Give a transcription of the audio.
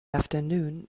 afternoon